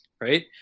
right